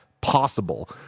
possible